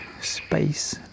space